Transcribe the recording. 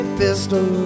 pistol